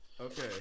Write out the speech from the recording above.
Okay